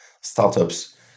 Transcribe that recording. startups